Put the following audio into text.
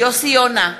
יוסי יונה,